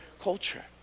culture